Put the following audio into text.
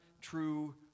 true